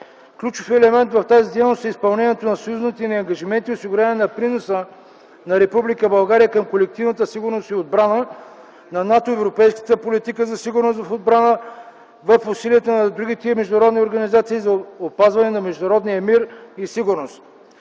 Ключов елемент в тази дейност е изпълнението на съюзните ни ангажименти и осигуряване на приноса на Република България към колективната сигурност и отбрана на НАТО, Европейската политика за сигурност в отбрана, в усилията на другите международни организации за опазване на международния мир и сигурност.